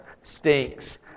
stinks